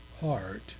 heart